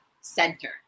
center